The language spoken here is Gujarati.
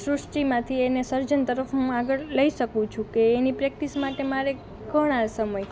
સૃષ્ટિમાંથી એને સર્જન તરફ હું આગળ લઈ શકું છું કે એની પ્રેક્ટિસ માટે મારે ઘણા સમય